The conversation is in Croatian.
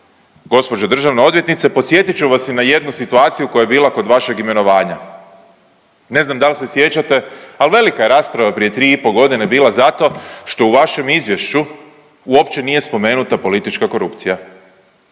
gospođo državna odvjetnice podsjetit ću vas i na jednu situaciju koja je bila kod vašeg imenovanja. Ne znam da li sjećate, ali velika je rasprava prije 3,5 godine bila zato što u vašem izvješću uopće nije spomenuta politička korupcija.